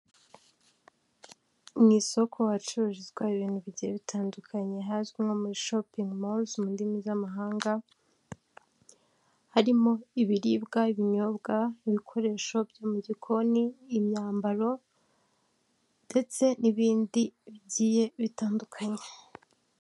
Mu isoko hacururizwa ibintu bigiye bitandukanye. Hazwi nko muri shopingi rumuzi mu ndimi z'amahanga. Harimo ibiribwa, ibinyobwa, ibikoresho byo mu gikoni, imyambaro ndetse n'ibindi bitandukanye.